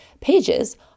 pages